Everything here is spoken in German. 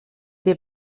wir